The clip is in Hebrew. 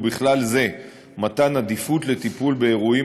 ובכלל זה מתן עדיפות לטיפול באירועים